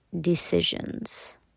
decisions